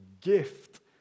gift